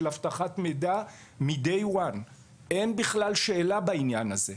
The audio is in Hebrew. אבטחת מידע מ-day 1. אין בכלל שאלה בעניין הזה.